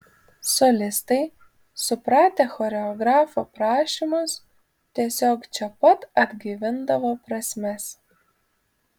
solistai supratę choreografo prašymus tiesiog čia pat atgaivindavo prasmes